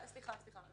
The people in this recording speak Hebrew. סליחה, סליחה,